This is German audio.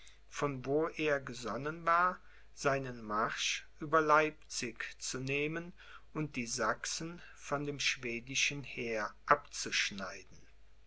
von wo er gesonnen war seinen marsch über leipzig zu nehmen und die sachsen von dem schwedischen heer abzuschneiden